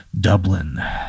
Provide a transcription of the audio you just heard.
Dublin